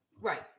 right